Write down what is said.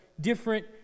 different